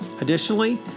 Additionally